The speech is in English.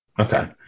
Okay